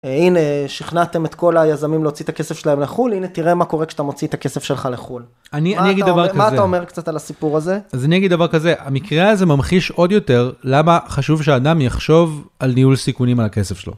הנה, שכנעתם את כל היזמים להוציא את הכסף שלהם לחו"ל, הנה תראה מה קורה כשאתה מוציא את הכסף שלך לחו"ל. מה אתה אומר קצת על הסיפור הזה? אז אני אגיד דבר כזה, המקרה הזה ממחיש עוד יותר למה חשוב שאדם יחשוב על ניהול סיכונים על הכסף שלו.